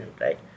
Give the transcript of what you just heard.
right